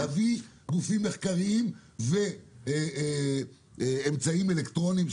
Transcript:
להביא גופים מחקריים ואמצעים אלקטרוניים,